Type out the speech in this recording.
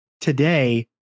today